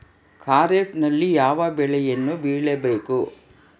ಖಾರೇಫ್ ನಲ್ಲಿ ಯಾವ ಬೆಳೆಗಳನ್ನು ಬೆಳಿಬೇಕು?